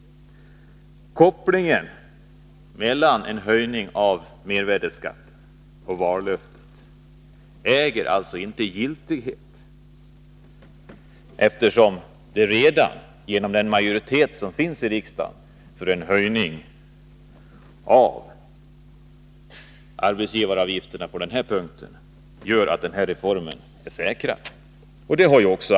Kopplingen mellan en höjning av mervärdeskatt och vallöften äger alltså inte giltighet, eftersom den majoritet som finns i riksdagen för en höjning av arbetsgivaravgifterna på den här punkten gör att reformen är säkrad.